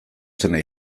zena